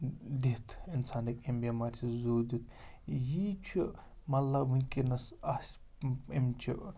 دِتھ اِنسان ہیٚکہِ اَمہِ بٮ۪مٲرِ سۭتۍ زُو دِتھ یی چھُ مطلب وٕنۍکٮ۪نَس آسہِ اَمچہِ